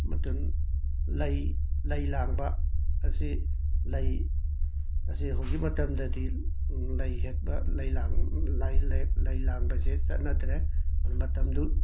ꯃꯇꯝ ꯂꯩ ꯂꯩ ꯂꯥꯡꯕ ꯑꯁꯤ ꯂꯩ ꯑꯁꯦ ꯍꯧꯖꯤꯛ ꯃꯇꯝꯗꯗꯤ ꯂꯩ ꯍꯦꯛꯄ ꯂꯩ ꯂꯥꯡ ꯂꯥꯏ ꯂꯩ ꯂꯥꯡꯕꯁꯦ ꯆꯠꯅꯗ꯭ꯔꯦ ꯃꯇꯝꯗꯨ